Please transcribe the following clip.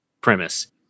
premise